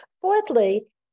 Fourthly